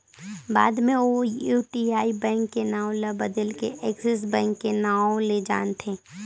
बाद मे ओ यूटीआई बेंक के नांव ल बदेल के एक्सिस बेंक के नांव ले जानथें